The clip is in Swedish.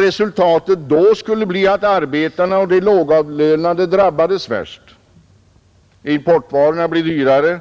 Resultatet då skulle bli att arbetarna och de lågavlönade drabbades värst; importvarorna skulle bli dyrare,